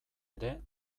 ere